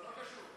לא קשור.